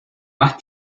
más